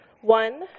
One